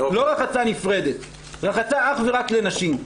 לא רחצה נפרדת, רחצה אך ורק לנשים.